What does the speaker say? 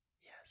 Yes